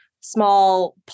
small